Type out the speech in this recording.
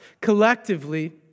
collectively